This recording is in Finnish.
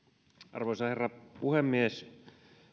arvoisa herra puhemies